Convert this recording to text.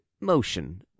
motion